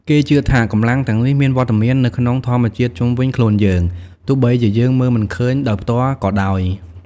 គេជឿថា កម្លាំងទាំងនេះមានវត្តមាននៅក្នុងធម្មជាតិជុំវិញខ្លួនយើង ទោះបីជាយើងមើលមិនឃើញដោយផ្ទាល់ក៏ដោយ។